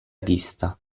vista